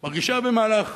מרגישה במהלך